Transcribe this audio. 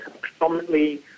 predominantly